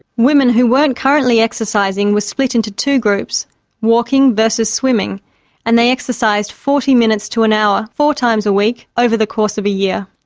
women who weren't currently exercising were split into two groups walking versus swimming and they exercised forty minutes to an hour four times a week over the course of a year.